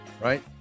right